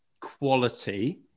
quality